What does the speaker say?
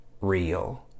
real